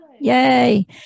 Yay